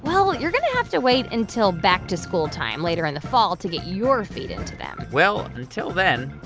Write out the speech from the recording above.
well, you're going to have to wait until back-to-school time later in the fall to get your feet into them well, until then,